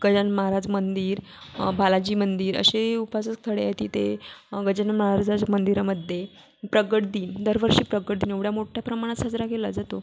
गजानन महाराज मंदिर बालाजी मंदिर अशे उपासस स्थळे आहे तिथे गजानन महाराजाच्या मंदिरामध्ये प्रगट दिन दरवर्षी प्रकट दिन एवढ्या मोठ्या प्रमाणात साजरा केला जातो